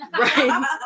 right